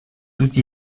outil